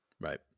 Right